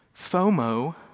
FOMO